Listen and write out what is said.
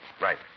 Right